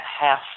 half